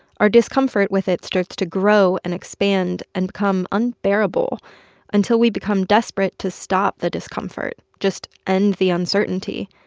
our discomfort with it starts to grow and expand and become unbearable until we become desperate to stop the discomfort, just end the uncertainty,